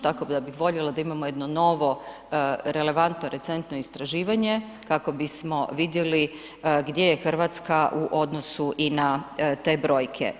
Tako da bih voljela da imamo jedno novo relevantno recentno istraživanje kako bismo vidjeli gdje je Hrvatska u odnosu i na te brojke.